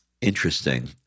Interesting